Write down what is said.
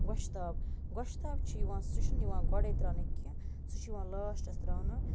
گۄشتاب گۄشتاب چھُ یِوان سُہ چھنہٕ یِوان گۄڈے تراونہٕ کینٛہہ سُہ چھُ یِوان لاسٹَس تراونہٕ